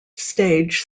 stage